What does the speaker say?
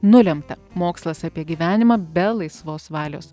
nulemta mokslas apie gyvenimą be laisvos valios